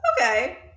Okay